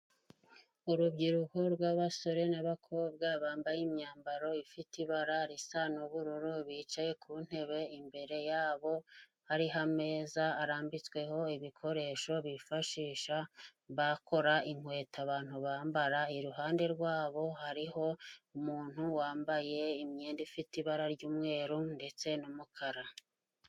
Urubyiruko rw'abasore n'abakobwa bambaye imyambaro ifite ibara risa n'ubururu bicaye ku ntebe, imbere yabo hari ameza arambitsweho ibikoresho bifashisha bakora inkweto abantu bambara. Iruhande rwabo hariho umuntu wambaye imyenda ifite ibara ry'umweru ndetse n'umukara.